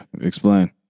Explain